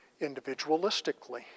individualistically